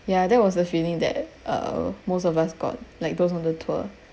ya that was the feeling that uh most of us got like those on the tour